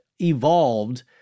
evolved